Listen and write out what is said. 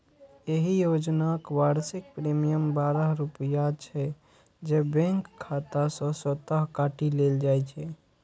एहि योजनाक वार्षिक प्रीमियम बारह रुपैया छै, जे बैंक खाता सं स्वतः काटि लेल जाइ छै